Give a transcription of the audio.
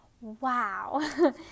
Wow